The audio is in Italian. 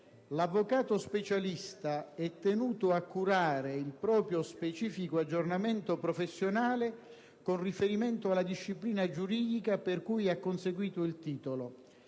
«L'avvocato specialista è tenuto a curare il proprio specifico aggiornamento professionale, con riferimento alla disciplina giuridica per cui ha conseguito il titolo.